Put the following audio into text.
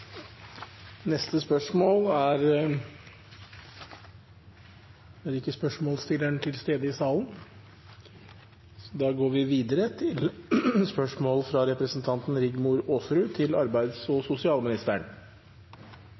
neste spørretime, da statsråden er bortreist. Når det gjelder spørsmål 4, er ikke spørsmålsstilleren til stede i salen, så vi går videre til neste spørsmål. «Personer som har fått utbetalt for mye penger fra